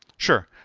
sure.